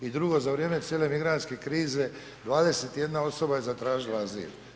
I drugo za vrijeme cijele migrantske krize 21 osoba je zatražila azil.